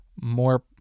more